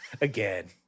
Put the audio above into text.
Again